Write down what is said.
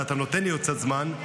ואתה נותן לי עוד קצת זמן,